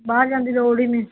ਬਾਹਰ ਜਾਣ ਦੀ ਲੋੜ ਹੀ ਨਹੀਂ